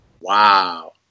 Wow